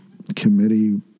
committee